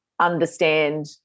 understand